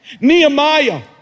Nehemiah